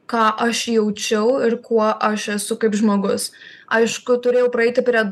ką aš jaučiau ir kuo aš esu kaip žmogus aišku turėjau praeiti prie